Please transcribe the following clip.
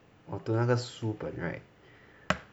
我读那个书本 [right]